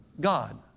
God